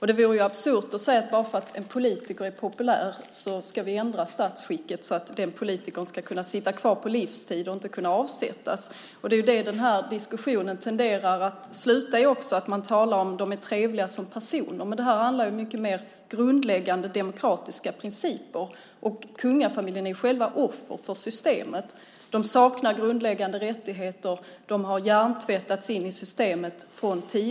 Det vore ju absurt att säga att om en politiker är populär så ska vi ändra statsskicket så att den politikern kan sitta kvar på livstid och inte kunna avsättas. Det är det som diskussionen tenderar att sluta i, nämligen att man säger att de är trevliga som personer. Det handlar emellertid om mycket mer grundläggande demokratiska principer. Kungafamiljen är själva offer för systemet. De saknar grundläggande rättigheter. De har från tidig ålder hjärntvättats in i systemet.